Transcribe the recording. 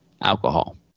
alcohol